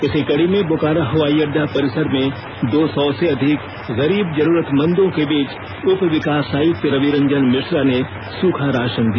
इसी कड़ी में बोकारो हवाई अड्डा परिसर में दो सौ से अधिक गरीब जरूरतमंदों के बीच उप विकास आयुक्त रवि रंजन मिश्रा ने सूखा राशन दिया